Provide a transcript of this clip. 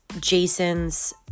Jason's